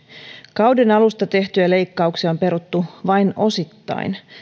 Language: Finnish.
kauden alussa tehtyjä leikkauksia on peruttu vain osittain